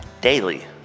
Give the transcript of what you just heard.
daily